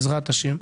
בהעברת תקציב נכון,